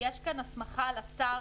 יש כאן הסמכה לשר